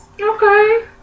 Okay